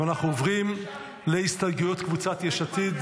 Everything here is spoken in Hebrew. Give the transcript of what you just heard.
ואנחנו עוברים להסתייגויות קבוצת יש עתיד,